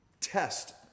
test